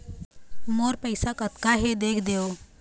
मोर पैसा कतका हे देख देव?